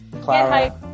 Clara